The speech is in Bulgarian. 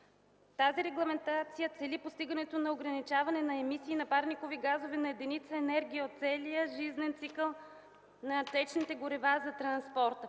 Тази регламентация цели постигането на ограничаване на емисиите на парникови газове на единица енергия от целия жизнен цикъл на течните горива за транспорта.